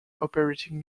operating